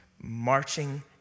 marching